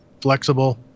flexible